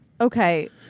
okay